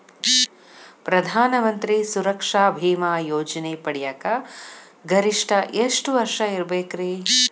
ಪ್ರಧಾನ ಮಂತ್ರಿ ಸುರಕ್ಷಾ ಭೇಮಾ ಯೋಜನೆ ಪಡಿಯಾಕ್ ಗರಿಷ್ಠ ಎಷ್ಟ ವರ್ಷ ಇರ್ಬೇಕ್ರಿ?